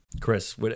Chris